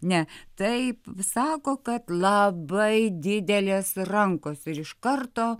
ne taip sako kad labai didelės rankos ir iš karto